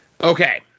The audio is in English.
Okay